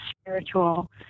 spiritual